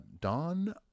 Don